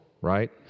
right